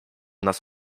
nas